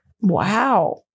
Wow